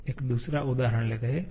एक दूसरा उदाहरण लेते हैं